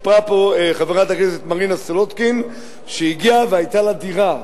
סיפרה פה חברת הכנסת מרינה סולודקין שהיא הגיעה והיתה לה דירה,